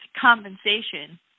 compensation